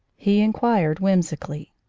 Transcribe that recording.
he in quired whimsically.